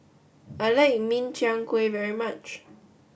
I like Min Chiang Kueh very much